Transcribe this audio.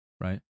right